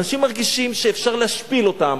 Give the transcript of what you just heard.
אנשים מרגישים שאפשר להשפיל אותם.